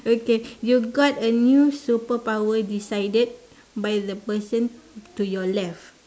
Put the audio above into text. okay you got a new superpower decided by the person to your left